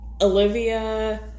Olivia